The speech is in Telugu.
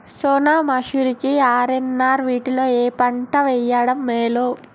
సోనా మాషురి కి ఆర్.ఎన్.ఆర్ వీటిలో ఏ పంట వెయ్యడం మేలు?